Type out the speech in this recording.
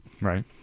Right